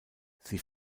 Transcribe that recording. sie